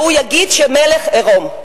והוא יגיד שהמלך עירום.